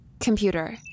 Computer